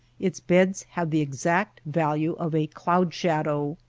its beds have the exact value of a cloud-shadow.